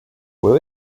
will